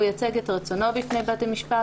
הוא ייצג את רצונו בפני בית המשפט,